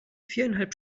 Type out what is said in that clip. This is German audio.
viereinhalb